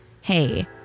hey